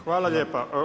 Hvala lijepa.